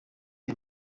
aya